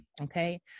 okay